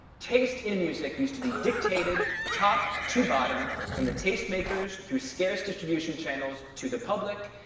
taste in music used to be dictated top to bottom from the taste makers through scarce distribution channels to the public.